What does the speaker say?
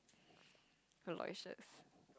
Aloysius